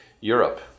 Europe